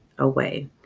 away